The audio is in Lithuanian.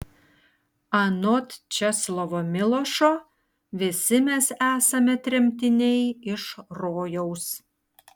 anot česlovo milošo visi mes esame tremtiniai iš rojaus